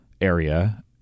area